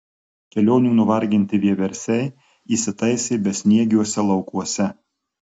kelionių nuvarginti vieversiai įsitaisė besniegiuose laukuose